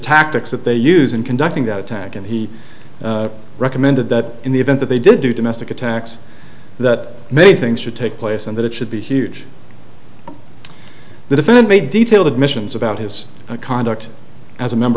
tactics that they use in conducting that attack and he recommended that in the event that they did do domestic attacks that they think should take place and that it should be huge the defendant may detail admissions about his conduct as a member